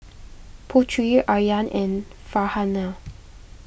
Putri Aryan and Farhanah